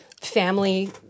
family